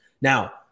Now